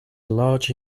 large